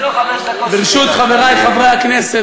ברשות חברי חברי הכנסת,